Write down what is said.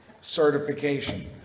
certification